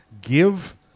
give